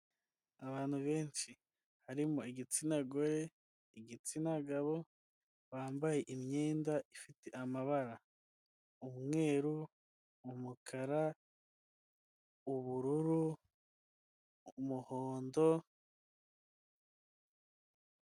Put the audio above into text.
Abantu benshi harimo igitsina gore igitsina gabo bambaye imyenda ifite amabara umweru, umukara, ubururu, umuhondo.